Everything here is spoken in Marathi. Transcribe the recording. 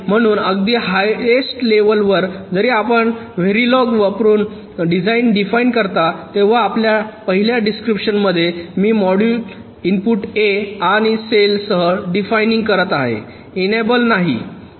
म्हणून अगदी हाइयेस्ट लेव्हल वर जरी आपण व्हिरिलोग वापरून डिझाइन डिफाइन करता तेव्हा पहिल्या डिस्क्रीपशन मध्ये मी मॉड्यूल इनपुट ए आणि सेल सह डिफायनिंग करीत आहे इनेबल नाही